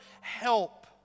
help